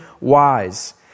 wise